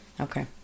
Okay